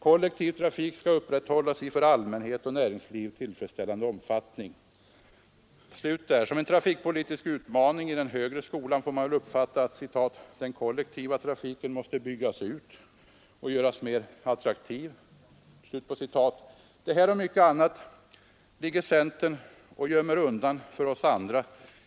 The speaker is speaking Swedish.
— Kollektiv trafik skall upprätthållas i för allmänhet och näringsliv tillfredsställande omfattningar.” Som en trafikpolitisk utmaning i den högre skolan får man väl uppfatta: ”Den kollektiva trafiken måste byggas ut och göras mera attraktiv.” Det här och mycket annat gömmer centern undan för oss andra.